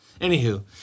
Anywho